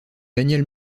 daniel